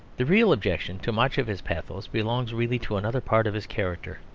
the real objection to much of his pathos belongs really to another part of his character.